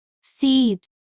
Seed